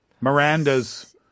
Miranda's